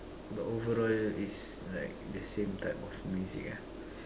the overall is like the same type of music lah